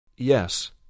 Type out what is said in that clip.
Yes